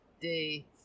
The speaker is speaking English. Day